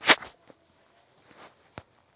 KYC ಮಾನದಂಡಗಳು ಯಾವುವು?